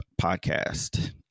podcast